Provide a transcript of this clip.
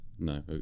No